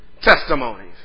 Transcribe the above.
testimonies